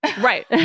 Right